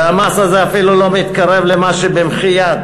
הרי המס הזה אפילו לא מתקרב למה שבמחי-יד